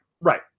Right